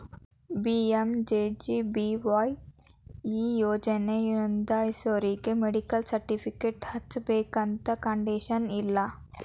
PMJJBY ಈ ಯೋಜನಾ ನೋಂದಾಸೋರಿಗಿ ಮೆಡಿಕಲ್ ಸರ್ಟಿಫಿಕೇಟ್ ಹಚ್ಚಬೇಕಂತೆನ್ ಕಂಡೇಶನ್ ಇಲ್ಲ